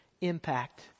impact